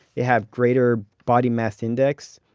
they have greater body mass index.